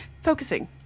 Focusing